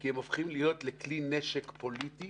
כי הם הופכים לכלי נשק פוליטי